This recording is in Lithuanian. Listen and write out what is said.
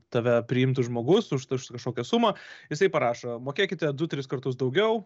tave priimtų žmogus už kažkokią sumą jisai parašo mokėkite du tris kartus daugiau